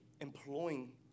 employing